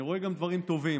אני רואה גם דברים טובים,